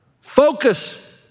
Focus